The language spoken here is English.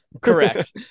correct